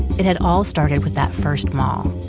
it had all started with that first mall.